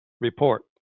report